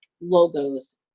logos